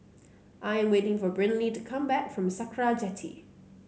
I'm waiting for Brynlee to come back from Sakra Jetty